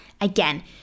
again